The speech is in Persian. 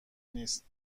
نیست